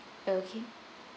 okay